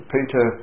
Peter